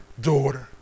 daughter